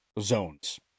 zones